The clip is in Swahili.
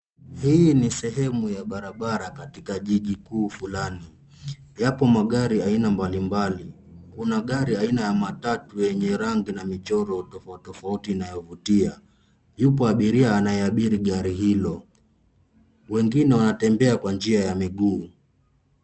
Hii ni sehemu ya barabara katika jiji kuu fulani. Yapo magari aina mbalimbali. Kuna gari aina ya matatu yenye rangi na michoro tofauti tofauti inayovutia. Yupo abiria anayeabiri gari hilo. Wengine wanatembea kwa njia ya miguu.